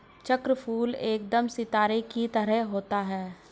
चक्रफूल एकदम सितारे की तरह होता है